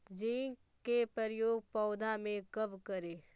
Zinc के प्रयोग पौधा मे कब करे?